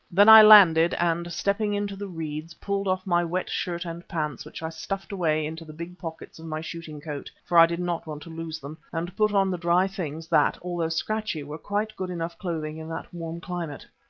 then i landed and stepping into the reeds, pulled off my wet shirt and pants, which i stuffed away into the big pockets of my shooting coat, for i did not want to lose them, and put on the dry things that, although scratchy, were quite good enough clothing in that warm climate.